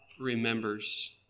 remembers